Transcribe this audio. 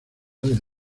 del